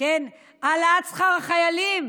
העלאת שכר החיילים,